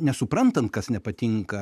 nesuprantant kas nepatinka